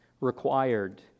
required